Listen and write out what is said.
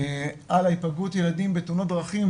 היפגעות ילדים בתאונות דרכים,